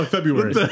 February